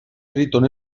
tríton